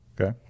Okay